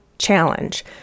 challenge